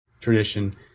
tradition